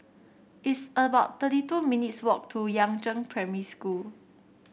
it's about thirty two minutes' walk to Yangzheng Primary School